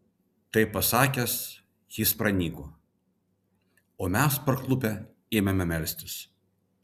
tai pasakęs jis pranyko o mes parklupę ėmėme melstis